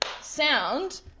sound